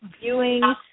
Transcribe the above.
viewing